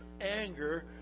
anger